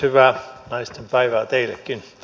hyvää naistenpäivää teillekin